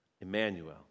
Emmanuel